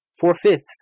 four-fifths